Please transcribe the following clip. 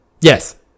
Yes